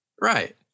Right